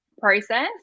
process